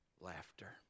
laughter